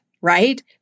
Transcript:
right